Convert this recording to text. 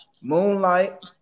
Moonlight